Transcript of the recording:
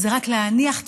זה רק להניח תפילין.